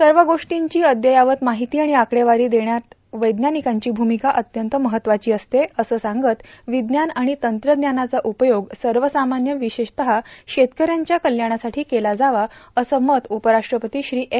सव गोष्टांची अद्ययावत मार्गाहती आर्गण आकडेवारां देण्यात वैज्ञानकांची भूर्ममका अत्यंत महत्त्वाची असते असं सांगत र्वज्ञान आर्गण तंत्रज्ञानाचा उपयोग सवसामान्य र्ववशेषतः शेतकऱ्यांच्या कल्याणासाठी केला जावा असं मत उपराष्ट्रपती श्री एम